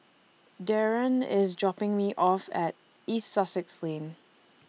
Deron IS dropping Me off At East Sussex Lane